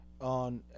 on